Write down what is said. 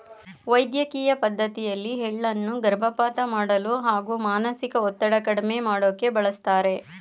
ವೈದ್ಯಕಿಯ ಪದ್ಡತಿಯಲ್ಲಿ ಎಳ್ಳನ್ನು ಗರ್ಭಪಾತ ಮಾಡಲು ಹಾಗೂ ಮಾನಸಿಕ ಒತ್ತಡ ಕಡ್ಮೆ ಮಾಡೋಕೆ ಬಳಸ್ತಾರೆ